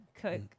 cook